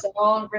so all right